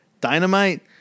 Dynamite